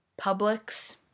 Publix